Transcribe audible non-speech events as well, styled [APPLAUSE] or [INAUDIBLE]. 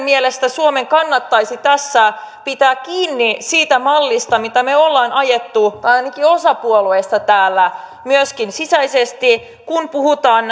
[UNINTELLIGIBLE] mielestämme suomen kannattaisi tässä pitää kiinni siitä mallista mitä me olemme ajaneet tai ainakin osa puolueista täällä myöskin sisäisesti kun puhutaan [UNINTELLIGIBLE]